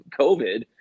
COVID